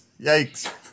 Yikes